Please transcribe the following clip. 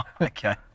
okay